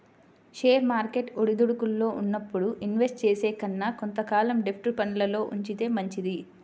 share market ఒడిదుడుకుల్లో ఉన్నప్పుడు invest చేసే కన్నా కొంత కాలం డెబ్ట్ ఫండ్లల్లో ఉంచితే మంచిది